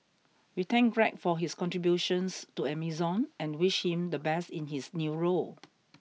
we thank Greg for his contributions to Amazon and wish him the best in his new role